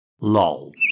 LOL